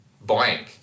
blank